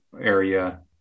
area